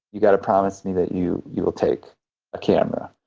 you've got to promise me that you you will take a camera.